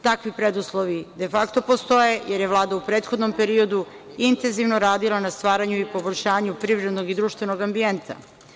Takvi preduslovi de fakto postoje, jer je Vlada u prethodnom periodu intenzivno radila na stvaranju i poboljšanju privrednog i društvenog ambijenta.